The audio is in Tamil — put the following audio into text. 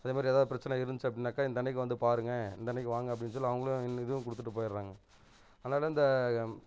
அதேமாதிரி ஏதாவது பிரச்சனை இருந்துச்சு அப்படினாக்கா இந்த அன்னைக்கு வந்து பாருங்கள் இந்த அன்னைக்கு வாங்க அப்படினு சொல்லி அவங்களும் இதுவும் கொடுத்துட்டு போய்டுறாங்க அதனால இந்த